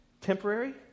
Temporary